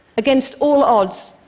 against all odds,